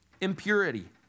impurity